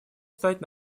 стать